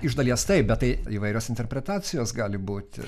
iš dalies taip bet tai įvairios interpretacijos gali būti